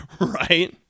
Right